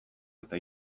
eta